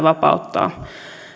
vapauttaa